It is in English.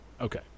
Okay